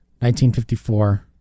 1954